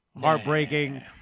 heartbreaking